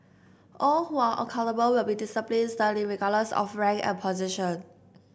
all who are accountable will be disciplined sternly regardless of rank and position